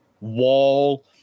wall